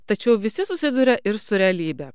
tačiau visi susiduria ir su realybe